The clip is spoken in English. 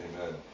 amen